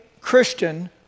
Christian